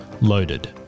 Loaded